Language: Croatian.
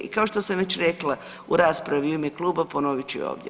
I kao što sam već rekla u raspravi u ime kluba ponovit ću i ovdje.